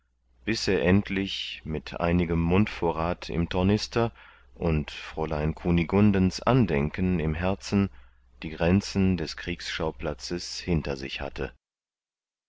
bis er endlich mit einigem mundvorrath im tornister und fräulein kunigundens andenken im herzen die grenzen des kriegsschauplatzes hinter sich hatte